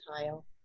tile